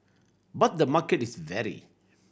but the market is wary